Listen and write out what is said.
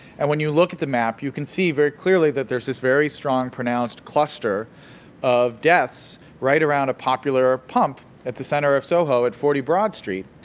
and when you look at the map, you can see very clearly that there's this very strong pronounced cluster of deaths right around a popular pump at the center of soho at forty broad street.